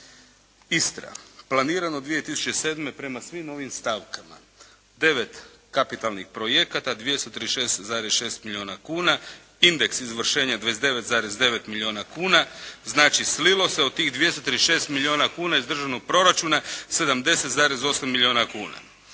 Istra. Planirano 2007. prema svim ovim stavkama. 9 kapitalnih projekata, 236,6 milijuna kuna. Indeks izvršenja 29,9 milijuna kuna. Znači slilo se od tih 236 milijuna kuna iz Državnog proračuna 70,8 milijuna kuna